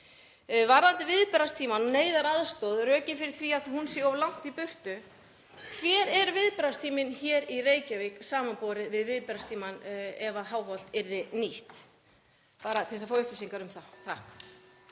Varðandi viðbragðstíma, neyðaraðstoð og rökin fyrir því að hún sé of langt í burtu: Hver er viðbragðstíminn hér í Reykjavík samanborið við viðbragðstímann ef Háholt yrði nýtt? Bara til þess að fá upplýsingar um það.